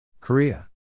Korea